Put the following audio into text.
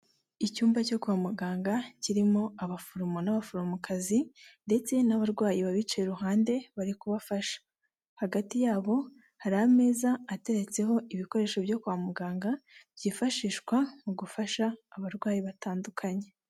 Icyumba cyo kwa muganga kirimo abaforomo n'abaforomokazi ndetse n'abarwayi babicaye iruhande bari kubafasha. Hagati yabo hari ameza ateretseho ibikoresho byo kwa muganga byifashishwa mu gufasha abarwayi batandukanye.